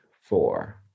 four